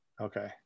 Okay